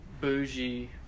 bougie